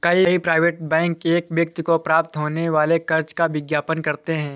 कई private bank एक व्यक्ति को प्राप्त होने वाले कर्ज का विज्ञापन करते हैं